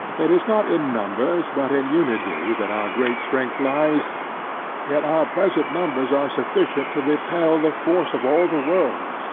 it is not in numbers, but in unity, that our great strength lies yet our present numbers are sufficient to repel the force of all the world.